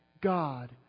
God